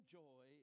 joy